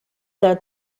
der